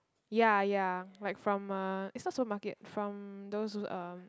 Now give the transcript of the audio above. ya ya like from uh is not supermarket from those um